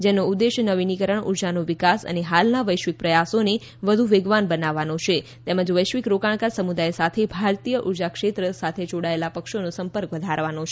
જેનો ઉદેશ્ય નવીનીકરણીય ઉર્જાનો વિકાસ અને હાલના વૈશ્વિક પ્રયાસોને વધુ વેગવાન બનાવવાનો છે તેમજ વૈશ્વિક રોકાણકાર સમુદાય સાથે ભારતીય ઉર્જા ક્ષેત્ર સાથે જોડાયેલા પક્ષોનો સંપર્ક વધારવાનો છે